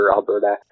Alberta